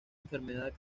enfermedad